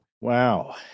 wow